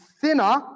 thinner